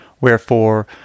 Wherefore